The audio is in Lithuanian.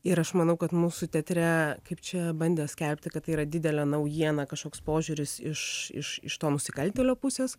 ir aš manau kad mūsų teatre kaip čia bandė skelbti kad tai yra didelė naujiena kažkoks požiūris iš iš iš to nusikaltėlio pusės